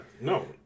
no